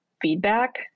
feedback